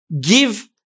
give